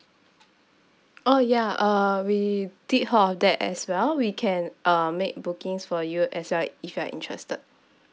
uh ya uh we did heard of that as well we can uh make bookings for you as well if you are interested